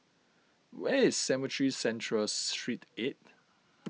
where is Cemetry Central Street eight